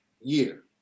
year